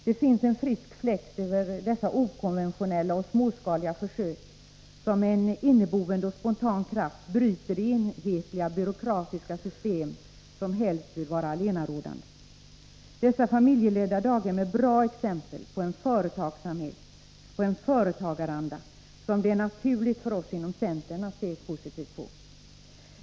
Det finns en frisk fläkt över dessa okonventionella och småskaliga försök, som med en inneboende och spontan kraft bryter det enhetliga byråkratiska system som helst vill vara allenarådande. Dessa familjeledda daghem är bra exempel på en företagsamhet och en företagaranda, som det är naturligt för oss inom centern att se positivt på.